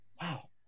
Wow